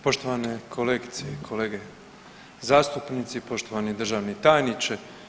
Poštovane kolegice i kolege zastupnici i poštovani državni tajniče.